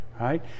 right